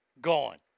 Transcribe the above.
Gone